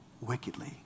wickedly